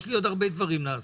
יש לי עוד הרבה דברים לעשות.